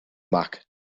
mock